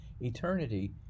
Eternity